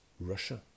Russia